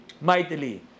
mightily